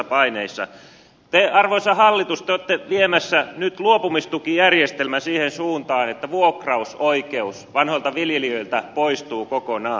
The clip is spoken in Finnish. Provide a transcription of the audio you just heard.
te arvoisa hallitus olette viemässä nyt luopumistukijärjestelmän siihen suuntaan että vuokrausoikeus vanhoilta viljelijöiltä poistuu kokonaan